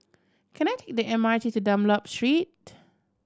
can I take the M R T to Dunlop Street